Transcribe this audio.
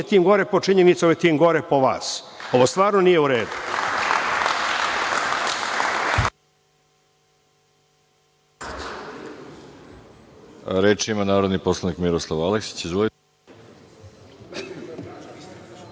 tim gore po činjenice, ovo je tim gore po vas. Ovo stvarno nije uredu.